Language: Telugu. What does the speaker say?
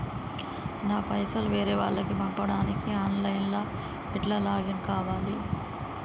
నా పైసల్ వేరే వాళ్లకి పంపడానికి ఆన్ లైన్ లా ఎట్ల లాగిన్ కావాలి?